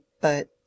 but—